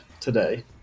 today